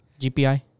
GPI